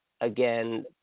again